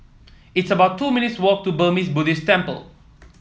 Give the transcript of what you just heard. it's about two minutes' walk to Burmese Buddhist Temple